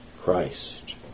Christ